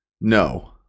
no